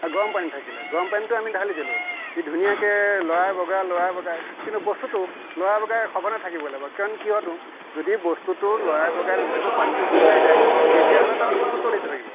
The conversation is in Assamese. তাত গৰম পানী থাকিলে গৰম পানীটো আমি ধালি দিলোঁ দি ধুনীয়াকৈ লৰাই বগৰাই লৰাই বগৰাই কিন্তু বস্তুটো লৰাই বগৰাই সঘনে থাকিব লাগিব কাৰণ কিয়নো যদি বস্তুটো লৰাই বগৰাই নাথাকো পানীটো শুকাই যায় তেতিয়াহ'লে তাৰমানে বস্তুটো তলিত ধৰিব